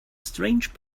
strange